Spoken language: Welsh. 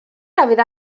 dafydd